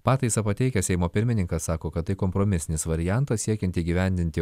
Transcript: pataisą pateikęs seimo pirmininkas sako kad tai kompromisinis variantas siekiant įgyvendinti